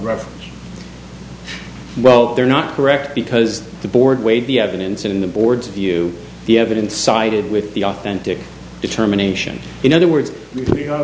ref well they're not correct because the board weighed the evidence in the board's view the evidence sided with the authentic determination in other words